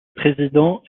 président